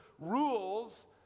rules